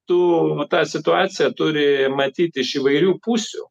tu matai situaciją turi matyt iš įvairių pusių